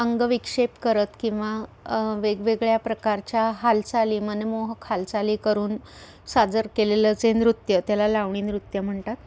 अंगविक्षेप करत किंवा वेगवेगळ्या प्रकारच्या हालचाली मनमोहक हालचाली करून सादर केलेलं जे नृत्य त्याला लावणी नृत्य म्हणतात